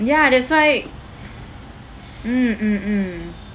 ya that's why mm mm mm